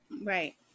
Right